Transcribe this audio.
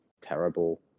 terrible